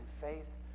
faith